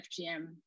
fgm